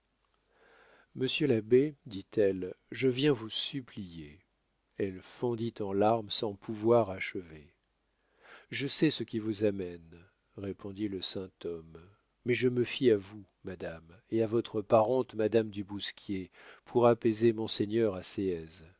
monsieur l'abbé dit-elle je viens vous supplier elle fondit en larmes sans pouvoir achever je sais ce qui vous amène répondit le saint homme mais je me fie à vous madame et à votre parente madame du bousquier pour apaiser monseigneur